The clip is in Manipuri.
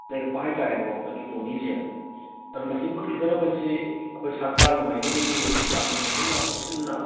ꯂꯩꯔꯛꯄ ꯍꯥꯏꯇꯥꯔꯦꯀꯣ ꯑꯩꯈꯣꯏꯒꯤ ꯄꯣꯅꯤꯁꯦ ꯑꯗꯨ ꯃꯁꯤ ꯃꯨꯠꯈꯤꯗꯣꯔꯕꯁꯤ ꯑꯩꯈꯣꯏ ꯁꯔꯀꯥꯔꯒꯤ ꯃꯥꯏꯀꯩꯗꯒꯤ ꯌꯥꯝꯅ ꯐꯖꯅ ꯆꯦꯛꯁꯤꯟꯅ